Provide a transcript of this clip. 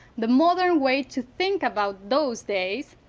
the modern way to think about those days.